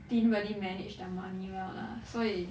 didn't really manage their money well lah 所以